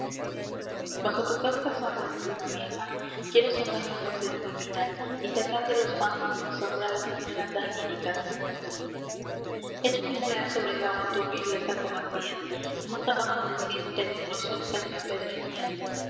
lejos tu casta sombra encina vieja y quiero sondar la fuente de mi vida sacar de los fangos de mi sombra as esmeraldas líricas echo mis redes sobre el agua turbia las saco vacías as abajo del cieno tenebroso stán mis pedrerías